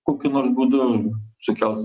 kokiu nors būdu sukels